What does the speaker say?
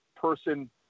person